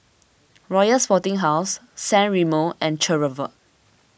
Royal Sporting House San Remo and Chevrolet